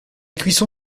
cuisson